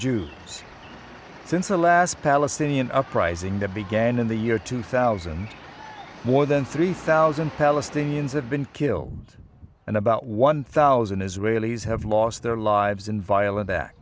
jews since the last palestinian uprising that began in the year two thousand more than three thousand palestinians have been killed and about one thousand israelis have lost their lives in viol